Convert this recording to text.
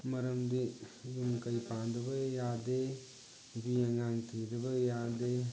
ꯃꯔꯝꯗꯤ ꯌꯨꯝ ꯀꯩ ꯄꯥꯟꯗꯕ ꯌꯥꯗꯦ ꯅꯨꯄꯤ ꯑꯉꯥꯡ ꯊꯤꯗꯕ ꯌꯥꯗꯦ